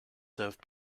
served